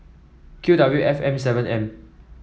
Q W F M seven M